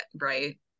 right